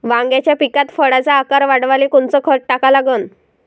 वांग्याच्या पिकात फळाचा आकार वाढवाले कोनचं खत टाका लागन?